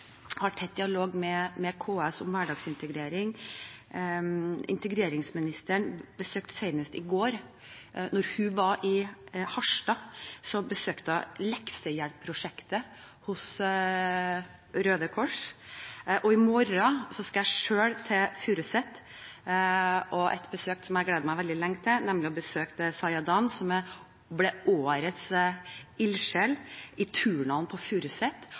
har tett dialog med KS om hverdagsintegrering. Integreringsministeren besøkte senest i går leksehjelpprosjektet hos Røde Kors i Harstad, og i morgen skal jeg selv til Furuset på et besøk som jeg har gledet meg lenge til. Jeg skal nemlig besøke Sajandan som ble «Årets ildsjel», i turnhallen på